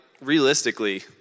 realistically